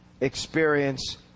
experience